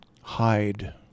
hide